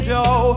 Joe